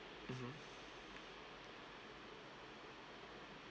mmhmm